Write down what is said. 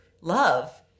love